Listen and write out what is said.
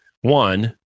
One